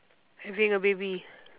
having a baby